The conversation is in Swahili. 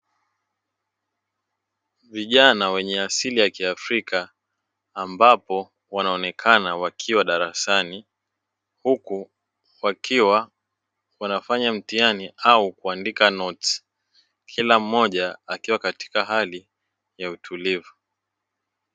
Vijana wenye asili ya kiafrika ambapo wanaonekana wakiwa darasani, huku wakiwa wanafanya mtihani au kuandika notisi; kila mmoja akiwa katika hali ya utulivu.